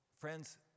Friends